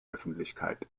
öffentlichkeit